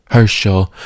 Herschel